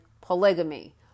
polygamy